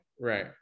Right